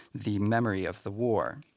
the memory of the war.